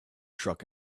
truck